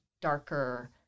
darker